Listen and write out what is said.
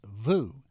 Vu